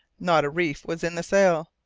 not a reef was in the sail.